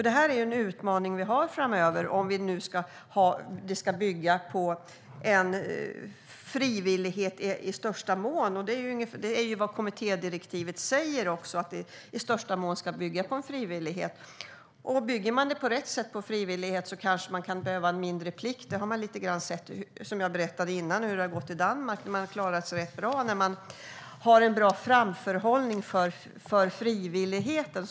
Det här är en utmaning som vi kommer att ha framöver, om det nu ska bygga på frivillighet i största mån. I kommittédirektivet sägs det att det i största mån ska bygga på frivillighet. Och om man bygger det på frivillighet på rätt sätt kanske man kan behöva mindre plikt. Som jag berättade tidigare har Danmark klarat sig ganska bra genom att ha bra framförhållning för frivilligheten.